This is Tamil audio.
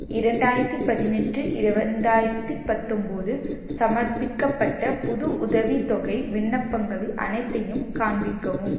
இரண்டாயிரத்தி பதினெட்டு இருவ இரண்டாயிரத்தி பத்தொன்போது சமர்ப்பிக்கப்பட்ட புது உதவி தொகை விண்ணப்பங்களை அனைத்தையும் காண்பிக்கவும்